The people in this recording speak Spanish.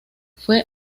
fue